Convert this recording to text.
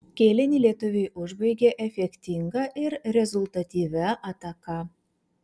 kėlinį lietuviai užbaigė efektinga ir rezultatyvia ataka